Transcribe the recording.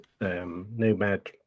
Nomad